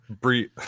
Brie